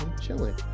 chilling